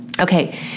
Okay